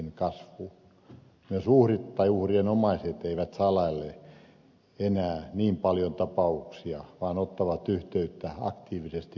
myöskään uhrit tai uhrien omaiset eivät salaile enää niin paljon ta pauksia vaan ottavat yhteyttä aktiivisesti poliisiin